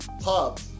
pub